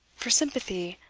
for sympathy,